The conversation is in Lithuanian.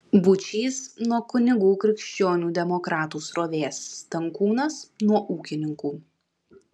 būčys nuo kunigų krikščionių demokratų srovės stankūnas nuo ūkininkų